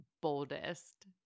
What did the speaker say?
boldest